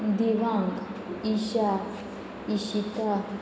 Dibang Isha Ishita